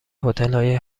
هتلهای